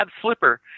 Flipper